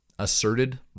asserted